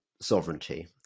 sovereignty